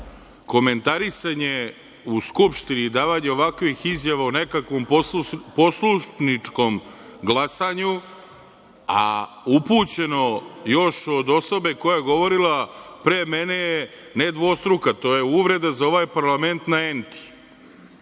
komentarisanje u Skupštini i davanje ovakvih izjava u nekakvom poslušničkom glasanju, a upućeno još od osobe koja je govorila pre mene, je ne dvostruka, to je uvreda za ovaj parlament na enti.